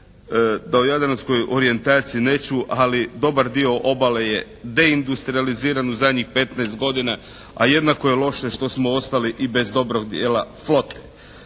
da o jadranskoj orijentaciji neću, ali dobar dio obale je deindustrijaliziran u zadnjih 15 godina, a jednako je loše što smo ostali i bez dobrog dijela flote.